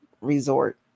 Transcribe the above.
resort